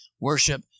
worship